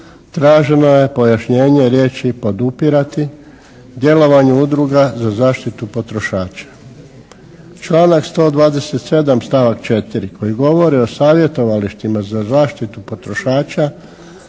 traženo je pojašnjenje riječi: "podupirati", djelovanju Udruga za zaštitu potrošača. Članak 127. stavak 7. koji govori o savjetovalištima za zaštitu potrošača